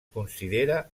considera